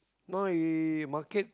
no he market